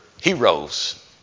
heroes